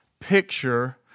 picture